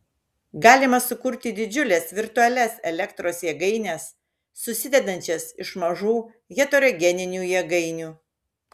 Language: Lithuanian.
galima sukurti didžiules virtualias elektros jėgaines susidedančias iš mažų heterogeninių jėgainių